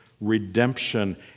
redemption